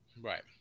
Right